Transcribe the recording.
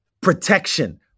protection